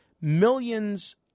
millions